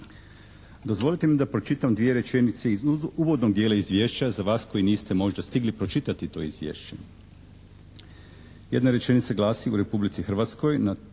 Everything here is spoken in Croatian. Dozvolite mi da pročitam dvije rečenice iz uvodnog dijela izvješća za vas koji niste možda stigli pročitati to izvješće. Jedna rečenica glasi: u Republici Hrvatskoj